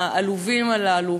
העלובים הללו.